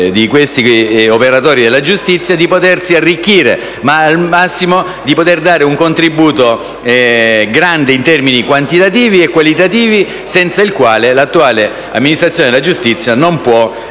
di questi operatori della giustizia di potersi arricchire, ma al massimo di poter dare un grande contributo in termini qualitativi e quantitativi, senza il quale l'attuale amministrazione della giustizia non può